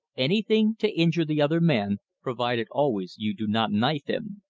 anything to injure the other man, provided always you do not knife him.